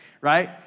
right